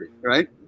right